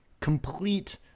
complete